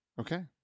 okay